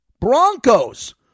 Broncos